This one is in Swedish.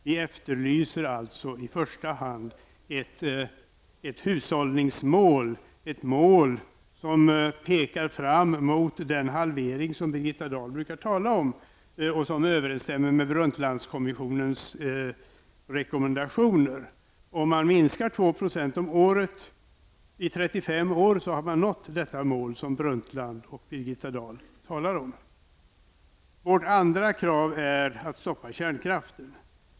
Vi efterlyser alltså i första hand ett hushållningsmål, ett mål som pekar fram mot den halvering som Birgitta Dahl brukar tala om och som överensstämmer med Brundtlandkommissionens rekommendationer. Om man minskar med 2 % om året i 35 år, har man nått det mål som Brundtland och Birgitta Dahl talar om. Vårt andra krav är att stoppa kärnkraften.